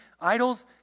idols